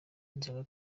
inzoga